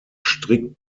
strikt